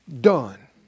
done